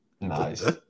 Nice